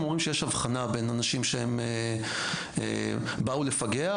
אומרים שיש הבחנה בין אנשים שבאו לפגע,